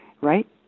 right